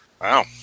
Wow